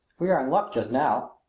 we are in luck just now.